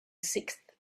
sixth